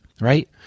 right